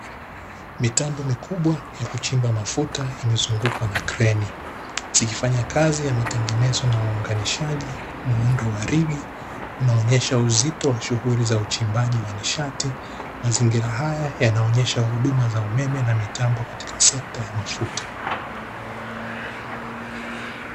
Mitambo mikubwa ya kuchimba mafuta imezungukwa na kreni, zikifanya kazi ya matengenezo na uunganishaji muundo wa rigi unaonyesha uzito wa shughuli za uchimbaji wa nishati, mazingira haya yanaonyesha huduma za umeme na mitambo katika sekta ya mafuta.